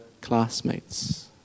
classmates